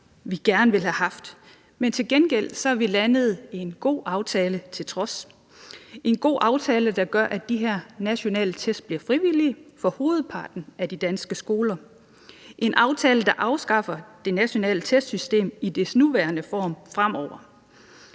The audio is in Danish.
vi gerne ville have haft. Men til gengæld er vi landet i en god aftale til trods, en god aftale, der gør, at de her nationale test bliver frivillige for hovedparten af de danske skoler, en aftale, der afskaffer det nationale testsystem i dets nuværende form fremover.